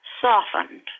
softened